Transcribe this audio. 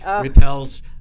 repels